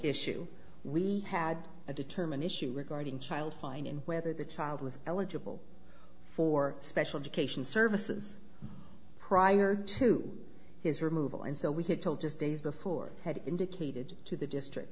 issue we had to determine issues regarding child fine and whether the child was eligible for special education services prior to his removal and so we could tell just days before had indicated to the district